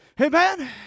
Amen